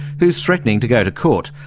who's threatening to go to court.